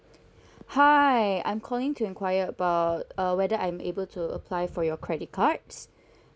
hi I'm calling to enquire about uh whether I'm able to apply for your credit cards